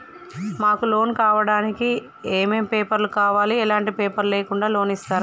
మాకు లోన్ కావడానికి ఏమేం పేపర్లు కావాలి ఎలాంటి పేపర్లు లేకుండా లోన్ ఇస్తరా?